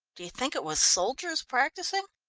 do you think it was soldiers practising?